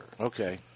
Okay